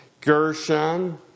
Gershon